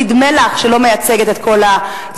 באיזו ועדה שנדמה לך שלא מייצגת את כל הזרמים,